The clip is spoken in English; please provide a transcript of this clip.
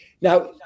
Now